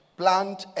plant